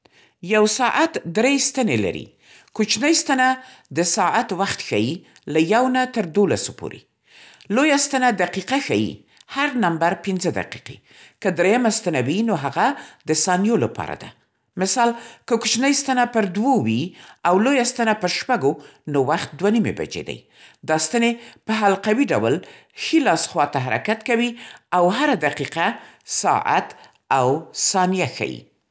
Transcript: یو ساعت درې ستنې لري: کوچنۍ ستنه د ساعت وخت ښيي له ۱ نه تر ۱۲ پورې. لویه ستنه دقیقه ښیي. هر نمبر ۵ دقیقې. که درېیمه ستنه وي، نو هغه د ثانیو لپاره ده. مثال: که کوچنۍ ستنه پر دوو وي او لویه ستنه پر شپږو، نو وخت دوه نیمۍ بجې دی.دا ستنې په حلقوي ډول ښي لاس خوا ته حرکت کوي او هره دقیقه، ساعت، او ثانیه ښيي.